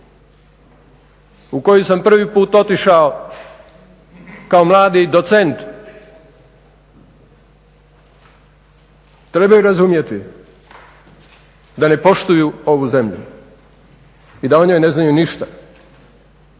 u koju sam prvi put otišao kao mladi docent trebaju razumjeti da ne poštuju ovu zemlju i da o njoj ne znaju ništa